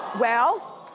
well,